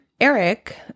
eric